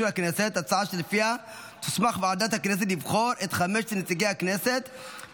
לפני תחילת הדיון האישי,